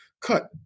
cut